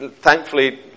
thankfully